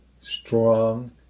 strong